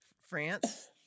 France